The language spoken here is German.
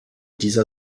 dieser